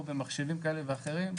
או במחשבים כאלה ואחרים,